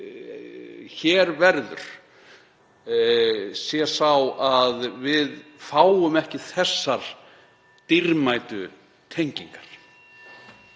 hér verður, sé sá að við fáum ekki þessar dýrmætu tengingar?